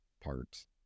parts